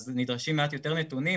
אז נדרשים מעט יותר נתונים,